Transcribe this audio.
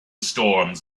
storms